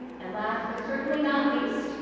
and last but certainly not least,